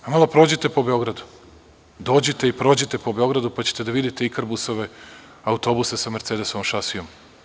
Malo prođite po Beogradu, dođite i prođite po Beogradu pa ćete videti „Ikarbusove“ autobuse sa „Mercedesovom“ šasijom.